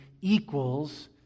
equals